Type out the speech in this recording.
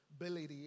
ability